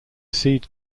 seed